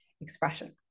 expression